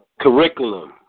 curriculum